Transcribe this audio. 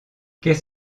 qu’est